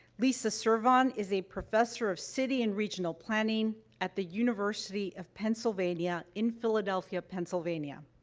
lisa servon is a professor of city and regional planning at the university of pennsylvania in philadelphia, pennsylvania.